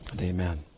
Amen